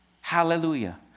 hallelujah